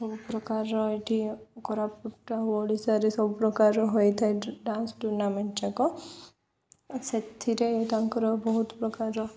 ସବୁ ପ୍ରକାରର ଏଠି କୋରାପୁଟ ଓ ଓଡ଼ିଶାରେ ସବୁ ପ୍ରକାର ହୋଇଥାଏ ଡାନ୍ସ ଟୁର୍ଣ୍ଣାମେଣ୍ଟ ଯାକ ସେଥିରେ ତାଙ୍କର ବହୁତ ପ୍ରକାର